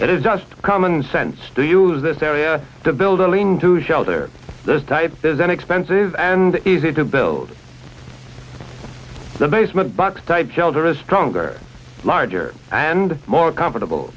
it is just common sense to use this area to build a lean to shelter there's inexpensive and easy to build a basement box type shelter a stronger larger and more comfortable